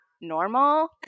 normal